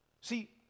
See